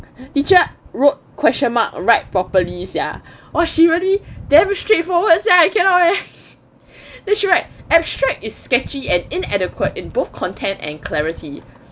teacher wrote question mark write properly sia !wah! she really damn straight forward sia I cannot eh then she write abstract is sketchy and inadequate in both content and clarity